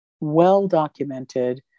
well-documented